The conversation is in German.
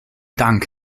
dank